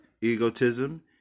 egotism